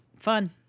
Fun